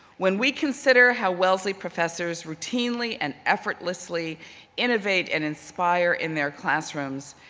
when we consider how wellesley professors routinely and effortlessly innovate and inspire in their classrooms,